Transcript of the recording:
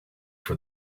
for